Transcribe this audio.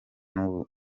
n’ubu